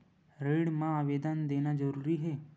ऋण मा आवेदन देना जरूरी हे?